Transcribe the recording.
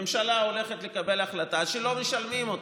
הממשלה הולכת לקבל החלטה שלא משלמים אותה.